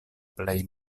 plej